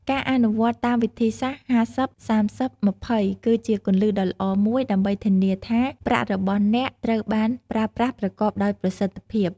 ការអនុវត្តតាមវិធីសាស្ត្រ ៥០/៣០/២០ គឺជាគន្លឹះដ៏ល្អមួយដើម្បីធានាថាប្រាក់របស់អ្នកត្រូវបានប្រើប្រាស់ប្រកបដោយប្រសិទ្ធភាព។